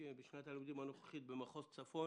בשנת הלימודים הנוכחית במחוז צפון